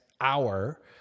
hour